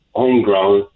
homegrown